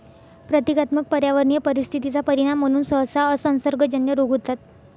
प्रतीकात्मक पर्यावरणीय परिस्थिती चा परिणाम म्हणून सहसा असंसर्गजन्य रोग होतात